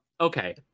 okay